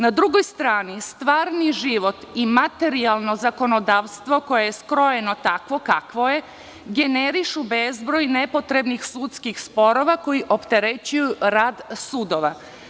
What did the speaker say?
Na drugoj strani, stvarni život i materijalno zakonodavstvo koje je skrojeno takvo kakvo je, generišu bezbroj nepotrebnih sudskih sporova koji opterećuju rad sudova.